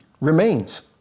remains